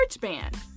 band